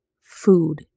food